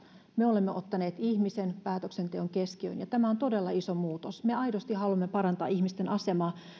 me olemme ottaneet ihmisen päätöksenteon keskiöön ja tämä on todella iso muutos me aidosti haluamme parantaa ihmisten